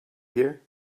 here